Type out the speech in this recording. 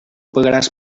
pagaràs